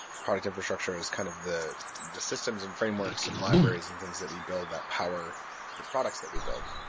product infrastructure is kind of the the systems and frameworks and libraries and things that we build that power the products that we build.